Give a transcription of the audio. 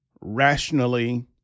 rationally